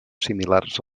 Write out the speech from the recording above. similars